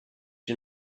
you